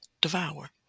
devour